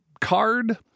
card